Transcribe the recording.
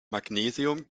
magnesium